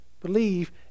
believe